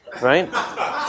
Right